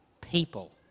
people